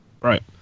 Right